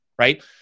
right